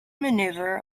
maneuver